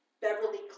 Beverly